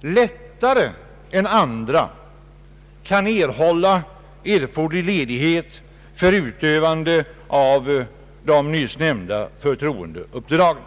lättare än andra kan erhålla erforderlig ledighet för utövandet av de nyssnämnda förtroendeuppdragen.